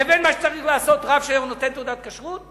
לבין מה שצריך לעשות רב שנותן תעודת כשרות?